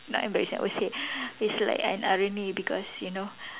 not embarassing I would say it's like an irony because you know